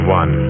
one